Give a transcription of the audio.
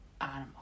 Animal